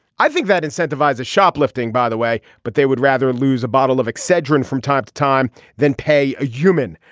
i think that incentivizes shoplifting by the way but they would rather lose a bottle of excedrin from time to time than pay a human.